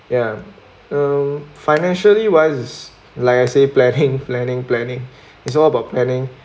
ya um financially wise is like I say planning planning planning is all about planning